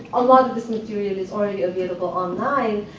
a lot of this material is already available online,